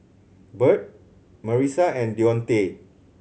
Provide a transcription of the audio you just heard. Bert Marisa and Dionte